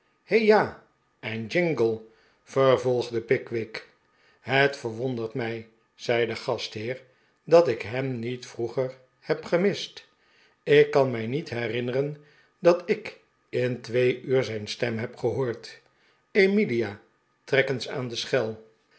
he ja en jingle vervolgde pickwick het verwondert mij zei de gastheer dat ik hem niet vroeger heb gemist ik kan mij niet herinneren dat ik in twee uur zijn stem heb gehoord emilia trek eens aan de schel